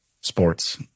sports